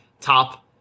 top